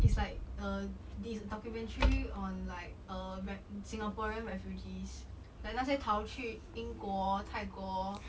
it's like a this documentary on like uh singaporean refugees like 那些逃去英国泰国